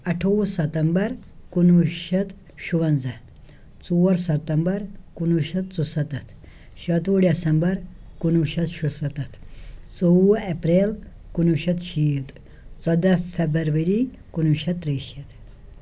اَٹھوٚوُہ September کُنہٕ وُہ شَتھ شُوَنزاہ ژور سَتمبر کُنہٕ وُہ شَتھ ژُسَتَتھ شَتوُہ ڈٮ۪سَمبر کُنہٕ وُہ شَتھ شُسَتَتھ ژوٚوُہ اپریل کُنہٕ وُہ شَتھ شیٖت ژۄداہ فیٚبَرؤری کُنہٕ وُہ شَتھ ترٛیٚیہِ شیٖتھ